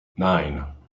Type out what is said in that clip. nine